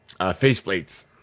faceplates